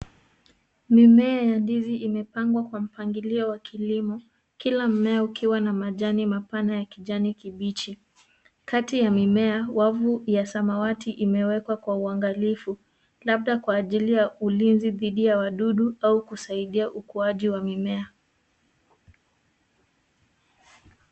Mimea ya ndizi imepangwa kwa mpangilio wa kilimo, kila mmea ukiwa na majani mapana ya kijani kibichi. Kati ya mimea, wavu ya samawati imewekwa kwa uangalifu, labda Kwa ajili ya ulinzi dhidi ya wadudu kusaidia ukuaji wa mimea.